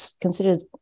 Considered